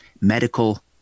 medical